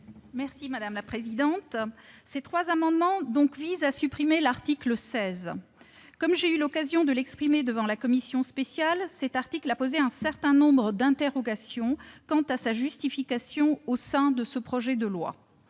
rectifié et 25 rectifié ? Ces trois amendements visent à supprimer l'article 16. Comme j'ai eu l'occasion de le dire devant la commission spéciale, cet article soulève un certain nombre d'interrogations quant à sa justification au sein de ce projet de loi.